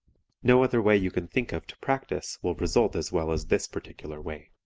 no other way you can think of to practice will result as well as this particular way.